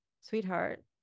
sweetheart